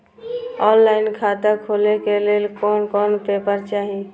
Online खाता खोले के लेल कोन कोन पेपर चाही?